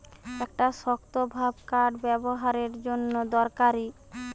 একটা শক্তভাব কাঠ ব্যাবোহারের জন্যে দরকারি